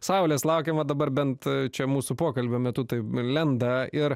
saulės laukiam va dabar bent čia mūsų pokalbio metu tai lenda ir